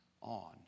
on